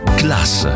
class